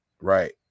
Right